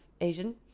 Asian